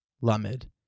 Lamed